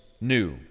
new